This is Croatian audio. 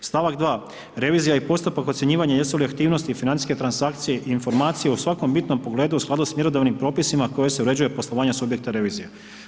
Stavak 2. revizija i postupak ocjenjivanja jesu li aktivnosti financijske transakcije i informacije u svakom bitnom pogledu u skladu sa mjerodavnim propisima kojim se uređuje poslovanje subjekta revizije.